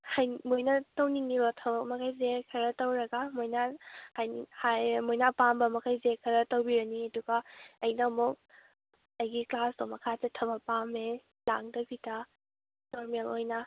ꯍꯩ ꯃꯣꯏꯅ ꯇꯎꯅꯤꯡꯏꯕ ꯊꯕꯛ ꯃꯈꯩꯁꯦ ꯈꯔ ꯇꯧꯔꯒ ꯃꯣꯏꯅ ꯍꯥꯏꯗꯤ ꯍꯥꯏꯔꯦ ꯃꯣꯏꯅ ꯑꯄꯥꯝꯕ ꯃꯈꯩꯁꯦ ꯈꯔ ꯇꯧꯕꯤꯔꯅꯤ ꯑꯗꯨꯒ ꯑꯩꯅ ꯑꯃꯨꯛ ꯑꯩꯒꯤ ꯀ꯭ꯂꯥꯁꯇꯣ ꯃꯈꯥ ꯆꯠꯊꯕ ꯄꯥꯝꯃꯦ ꯂꯥꯡꯗꯕꯤꯗ ꯅꯣꯔꯃꯦꯜ ꯑꯣꯏꯅ